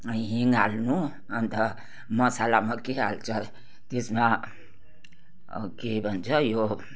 हिंङ हाल्नु अन्त मसालामा के हाल्छ त्यसमा के भन्छ यो